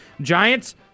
Giants